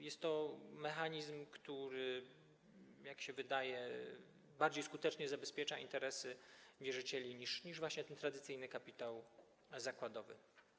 Jest to mechanizm, który, jak się wydaje, bardziej skutecznie zabezpiecza interesy wierzycieli niż właśnie ten tradycyjny kapitał zakładowy.